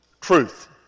truth